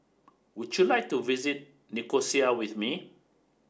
would you like to visit Nicosia with me